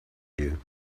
you